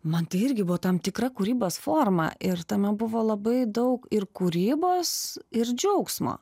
man tai irgi buvo tam tikra kūrybos forma ir tame buvo labai daug ir kūrybos ir džiaugsmo